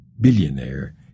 billionaire